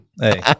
Hey